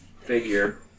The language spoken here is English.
figure